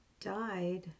died